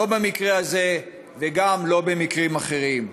לא במקרה הזה וגם לא במקרים אחרים.